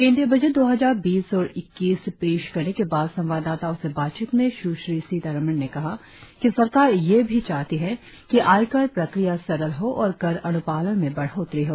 केंद्रीय बजट दो हजार बीस इक्कीस पेश करने के बाद संवाददाताओ से बातचीत में सुश्री सीतारमण ने कहा कि सरकार यह भी चाहती है कि आयकर प्रक्रिया सरल हो और कर अनुपालन में बढ़ोतरी हो